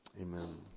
Amen